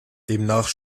demnach